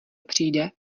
přijde